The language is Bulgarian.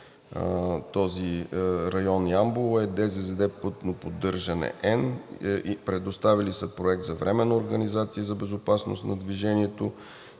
този район Ямбол е ДССД „Пътно поддържане – Н“. Предоставили са проект за временна организация за безопасност на движението